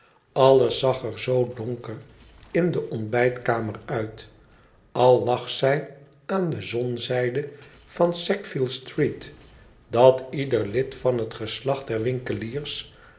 alles zag er er zoo donker in de ontbijtkamer uit al lag zij aan de zonzijde van sackville street dat ieder lid van het geslacht der winkeliers